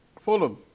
fulham